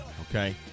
okay